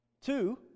Two